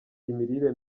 imirire